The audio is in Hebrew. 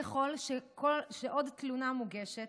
ככל שעוד תלונה מוגשת,